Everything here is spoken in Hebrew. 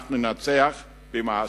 אנחנו ננצח במעשים.